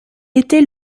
était